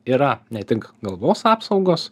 yra ne tik galvos apsaugos